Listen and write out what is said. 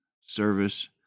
Service